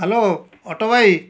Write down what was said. hello auto ଭାଇ